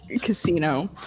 Casino